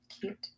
cute